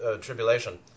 tribulation